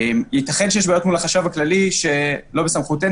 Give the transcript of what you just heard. יתכן שיש בעיות מול החשב הכללי שלא בסמכותנו.